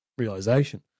Realization